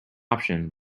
option